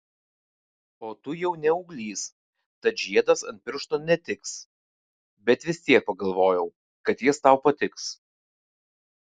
o tu jau ne ūglis tad žiedas ant piršto netiks bet vis tiek pagalvojau kad jis tau patiks